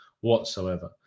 whatsoever